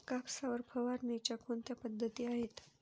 कापसावर फवारणीच्या कोणत्या पद्धती आहेत?